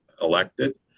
elected